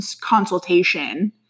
consultation